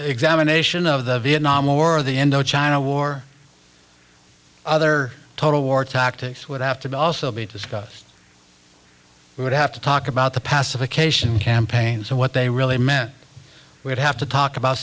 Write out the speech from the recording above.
examination of the vietnam war the indochina war other total war tactics would have to also be discussed we would have to talk about the pacification campaigns and what they really meant we'd have to talk about